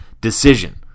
Decision